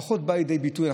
פחות בא לידי ביטוי,